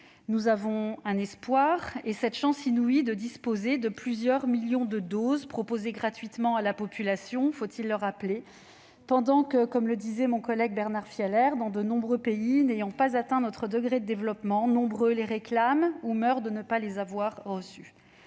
Nous avons un espoir. Nous avons cette chance inouïe de disposer de plusieurs millions de doses proposées gratuitement à la population- faut-il le rappeler ?- pendant que, comme l'indiquait mon collègue Bernard Fialaire, dans de nombreux pays n'ayant pas atteint notre degré de développement, nombreux sont ceux qui les réclament ou qui meurent de ne pas les avoir reçus.